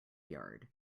yard